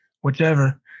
whichever